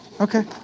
okay